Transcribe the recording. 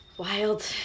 Wild